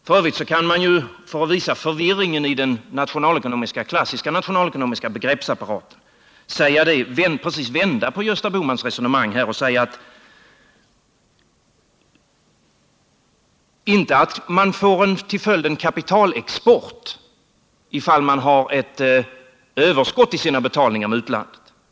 F. ö. kan man ju för att visa förvirringen i den klassiska nationalekonomiska begreppsapparaten helt vända på Gösta Bohmans resonemang och säga, att man inte får till följd en kapitalexport ifall man har ett överskott i sina utlandsbetalningar.